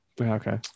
Okay